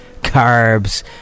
carbs